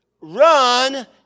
Run